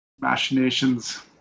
machinations